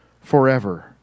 forever